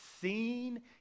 seen